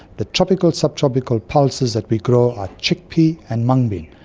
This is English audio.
the tropical subtropical pulses that we grow are chickpea and mung bean.